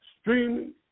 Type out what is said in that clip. streaming